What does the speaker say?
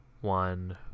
one